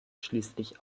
schließlich